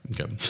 Okay